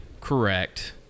correct